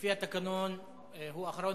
לפי התקנון הוא האחרון?